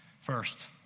First